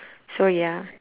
so ya